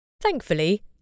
Thankfully